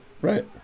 Right